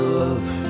love